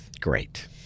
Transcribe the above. Great